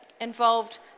involved